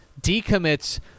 decommits